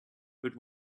but